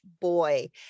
boy